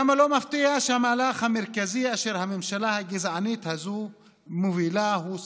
כמה לא מפתיע שהמהלך המרכזי אשר הממשלה הגזענית הזאת מובילה הוא סיפוח,